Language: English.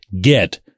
get